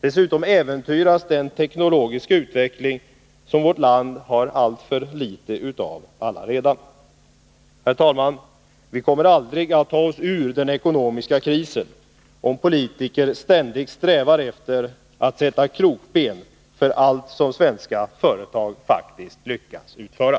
Dessutom äventyras den teknologiska utveckling som vårt land redan har alltför litet av. Herr talman! Vi kommer aldrig att ta oss ur den ekonomiska krisen, om politiker ständigt strävar efter att sätta krokben för allt som svenska företag faktiskt lyckas utföra.